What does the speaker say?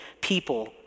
people